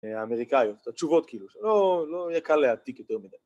האמריקאיות, התשובות כאילו, שלא.. לא יהיה קל להעתיק יותר מדי